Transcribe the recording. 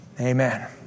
Amen